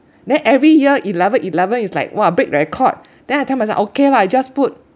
then every year eleven eleven is like !wah! break record then I tell myself okay lah I just put